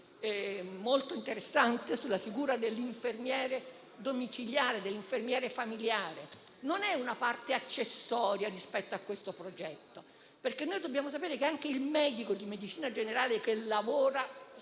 molto interessante sulla figura dell'infermiere domiciliare, dell'infermiere familiare. Non è una parte accessoria rispetto a questo progetto, perché anche il medico di medicina generale che lavora